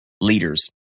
leaders